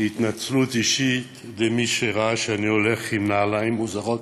התנצלות אישית למי שראה שאני הולך עם נעליים מוזרות,